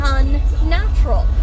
unnatural